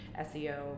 SEO